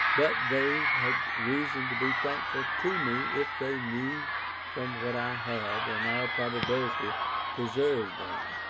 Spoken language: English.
but they had reason to be thankful to me if they knew from what i had, in all probability preserved them.